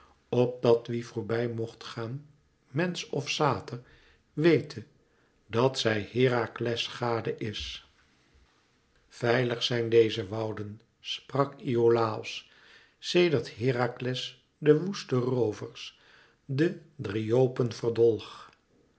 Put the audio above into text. opdat wie voorbij mocht gaan mensch of sater wete dat zij herakles gade is veilig zijn deze wouden sprak iolàos sedert herakles de woeste roovers de dryopen verdolg